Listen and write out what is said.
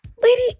Lady